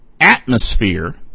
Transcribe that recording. atmosphere